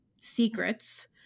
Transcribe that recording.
secrets